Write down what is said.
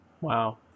Wow